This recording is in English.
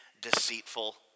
Deceitful